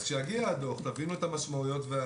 אז כשיגיע הדוח ותבינו את המשמעויות אז